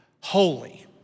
Holy